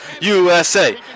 USA